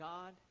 God